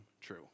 true